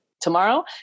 tomorrow